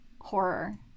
horror